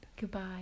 Goodbye